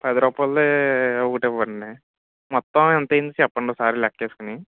పది రూపాయలది ఒకటి ఇవ్వండి మొత్తం ఎంత అయింది చెప్పండి ఒకసారి లెక్క వేసుకొని